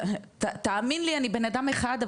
תאמין לי אני בנאדם אחד,